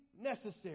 necessary